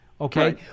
Okay